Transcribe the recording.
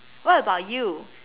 what about you